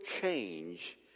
change